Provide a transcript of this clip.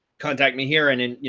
contact me here and and you